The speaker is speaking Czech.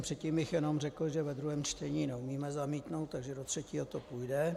Předtím bych jenom řekl, že ve druhém čtení neumíme zamítnout, takže do třetího to půjde.